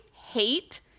hate